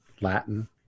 Latin